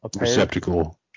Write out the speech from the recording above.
receptacle